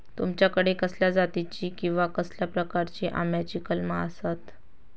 तुमच्याकडे कसल्या जातीची किवा कसल्या प्रकाराची आम्याची कलमा आसत?